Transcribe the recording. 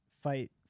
fight